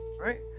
right